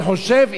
אני חושב,